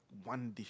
one dish